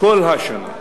כל השנה.